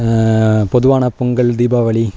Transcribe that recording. பொதுவான பொங்கல் தீபாவளி